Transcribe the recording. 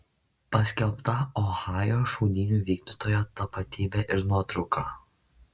paskelbta ohajo šaudynių vykdytojo tapatybė ir nuotrauka